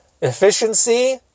efficiency